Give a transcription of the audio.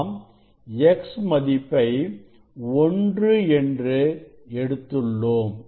நாம் x மதிப்பை 1 என்று எடுத்துள்ளோம்